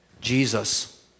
Jesus